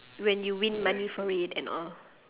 when you win money for it and all